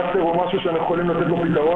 פלסטר הוא משהו שאנחנו יכולים לתת כפתרון